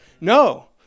No